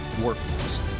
workforce